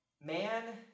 man